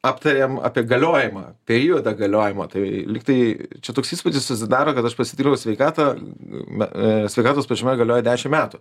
aptarėm apie galiojimą periodą galiojimo tai lyg tai čia toks įspūdis susidaro kad aš pasidariau sveikatą e sveikatos pažyma galioja dešimt metų